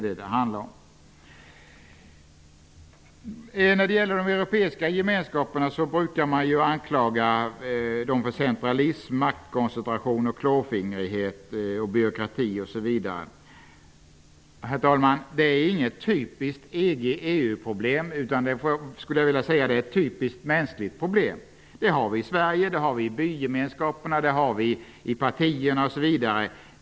De europeiska gemenskaperna brukar anklagas för centralism, maktkoncentration, klåfingrighet, byråkrati osv. Herr talman! Det är inget typiskt EG/EU-problem. Det är ett typiskt mänskligt problem. Det är ett problem som finns i Sverige, i bygemenskaperna, i partierna osv.